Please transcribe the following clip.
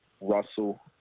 Russell